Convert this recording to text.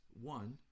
One